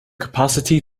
capacity